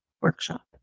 workshop